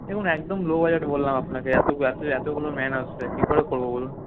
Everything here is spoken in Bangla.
দেখুন একদম লো বাজেট বললাম আপনাকে এতগুলো ম্যান আসবে কি করে করবো বলুন